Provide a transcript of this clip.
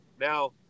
Now